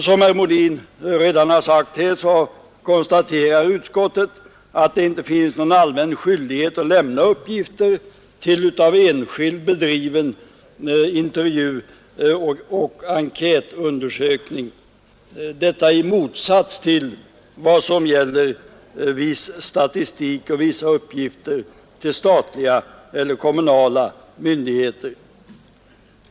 Som herr Molin redan har sagt konstaterar utskottet att det inte finns någon allmän skyldighet att lämna uppgifter till av enskild bedriven intervjuoch enkätundersökning, detta i motsats till vad som gäller viss statistik och vissa uppgifter till statliga eller kommunala myndigheter.